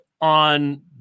on